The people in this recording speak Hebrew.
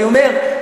אני אומר,